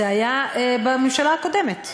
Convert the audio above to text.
זה היה בממשלה הקודמת,